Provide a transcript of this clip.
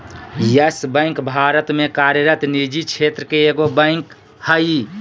yes Bank Bharat में कार्यरत निजी क्षेत्र के एगो बैंक हइ